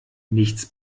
nichts